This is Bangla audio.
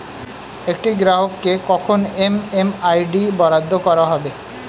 একটি গ্রাহককে কখন এম.এম.আই.ডি বরাদ্দ করা হবে?